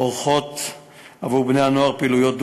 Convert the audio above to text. עורכות עבור בני-הנוער פעילויות,